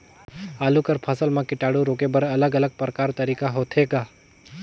आलू कर फसल म कीटाणु रोके बर अलग अलग प्रकार तरीका होथे ग?